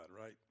right